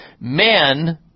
Men